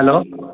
hello